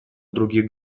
других